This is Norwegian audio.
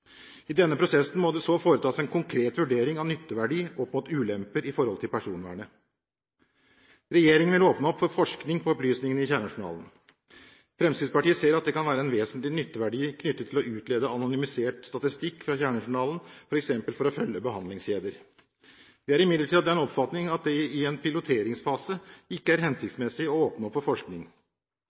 I denne prosessen må det så foretas en konkret vurdering av nytteverdi opp mot ulemper sett i forhold til personvernet. Regjeringen vil åpne opp for forskning på opplysningene i kjernejournalen. Fremskrittspartiet ser at det kan være en vesentlig nytteverdi knyttet til å utlede anonymisert statistikk fra kjernejournalen, f.eks. for å følge behandlingskjeder. Vi er imidlertid av den oppfatning at det i en piloteringsfase ikke er hensiktsmessig å åpne opp for forskning.